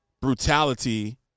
brutality